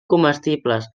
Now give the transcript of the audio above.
comestibles